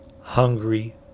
hungry